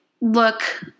look